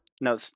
No